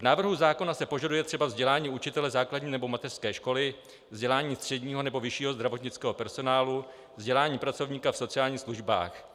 V návrhu zákona se požaduje třeba vzdělání učitele základní nebo mateřské školy, vzdělání středního nebo vyššího zdravotnického personálu, vzdělání pracovníka v sociálních službách.